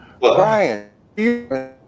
Brian